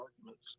arguments